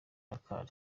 dakar